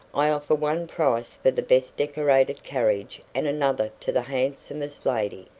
i offer one price for the best decorated carriage and another to the handsomest lady.